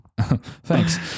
Thanks